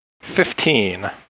Fifteen